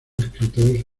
escritor